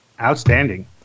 Outstanding